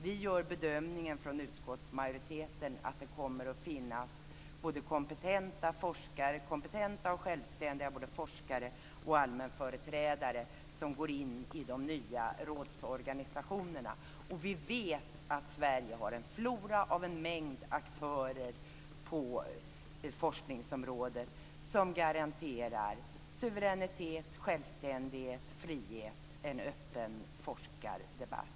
Vi gör bedömningen från utskottsmajoriteten att det kommer att finnas både kompetenta och självständiga forskare och allmänföreträdare som går in i de nya rådsorganisationerna. Vi vet att Sverige har en flora av en mängd aktörer på forskningsområdet som garanterar suveränitet, självständighet, frihet och en öppen forskardebatt.